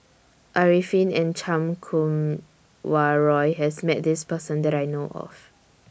Arifin and Chan Kum Wah Roy has Met This Person that I know of